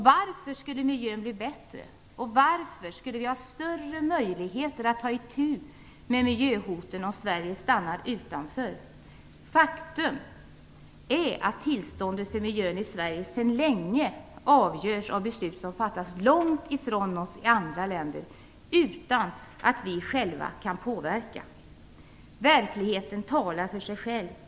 Varför skulle miljön bli bättre och varför skulle vi ha större möjligheter att ta itu med miljöhoten om Sverige stannar utanför? Faktum är att tillståndet för miljön i Sverige sedan länge avgörs av beslut som fattas i andra länder långt ifrån oss utan att vi själva kan påverka besluten. Verkligheten talar för sig själv.